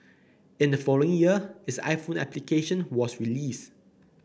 in the following year its iPhone application was released